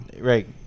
right